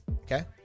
Okay